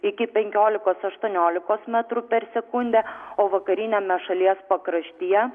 iki penkiolikos aštuoniolikos metrų per sekundę o vakariniame šalies pakraštyje